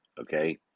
Okay